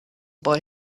boy